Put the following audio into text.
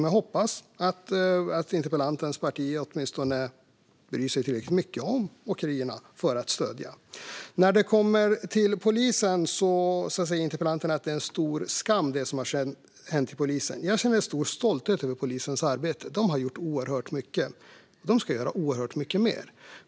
Jag hoppas att interpellantens parti bryr sig tillräckligt mycket om åkerierna för att stödja detta. Interpellanten säger att det som har skett inom polisen är en stor skam. Jag känner stor stolthet över polisens arbete. De har gjort oerhört mycket, och de ska göra oerhört mycket mer.